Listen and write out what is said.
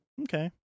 Okay